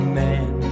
man